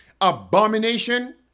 Abomination